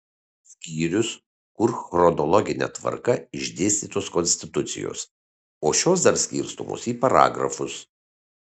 skyrius kur chronologine tvarka išdėstytos konstitucijos o šios dar skirstomos į paragrafus